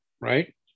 right